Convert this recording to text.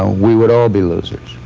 ah we would all be losers.